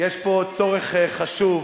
יש פה צורך חשוב